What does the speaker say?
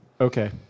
Okay